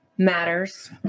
matters